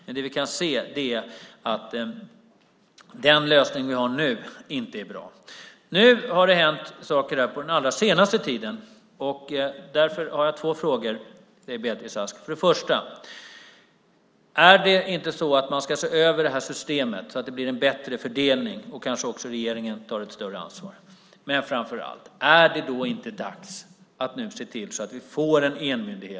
Men det som vi kan se är att den lösning som vi har nu inte är bra. Nu har det hänt saker under den allra senaste tiden. Därför har jag två frågor till Beatrice Ask. Ska man inte se över detta system så att det blir en bättre fördelning så att regeringen kanske också tar ett större ansvar? Och är det framför allt inte dags att nu se till att vi får en myndighet?